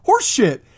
Horseshit